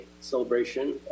celebration